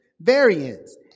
Variance